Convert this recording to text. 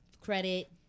credit